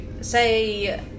say